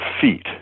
feet